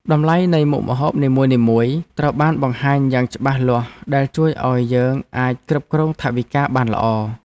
តម្លៃនៃមុខម្ហូបនីមួយៗត្រូវបានបង្ហាញយ៉ាងច្បាស់លាស់ដែលជួយឱ្យយើងអាចគ្រប់គ្រងថវិកាបានល្អ។